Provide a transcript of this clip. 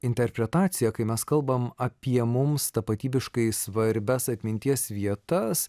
interpretaciją kai mes kalbam apie mums tapatybiškai svarbias atminties vietas